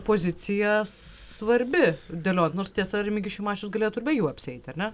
pozicija svarbi dėliot nors tiesa remigijus šimašius galėtų ir be jų apsieiti ar ne